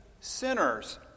sinners